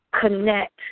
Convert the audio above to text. connect